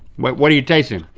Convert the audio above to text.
what what are you tasting?